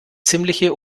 ziemliche